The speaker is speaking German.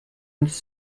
uns